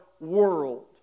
world